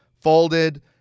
folded